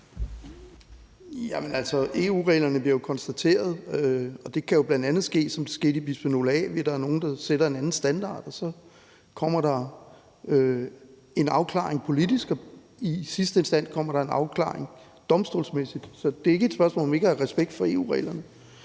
EU-reglerne bliver jo kontesteret, og det kan bl.a. ske, som det skete med bisfenol A, ved at der er nogen, der sætter en anden standard, så kommer der en afklaring politisk, og i sidste instans kommer der en afklaring domstolsmæssigt. Så det er ikke et spørgsmål om ikke at have respekt for EU-reglerne.